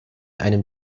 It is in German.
einem